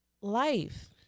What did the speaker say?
life